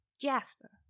Jasper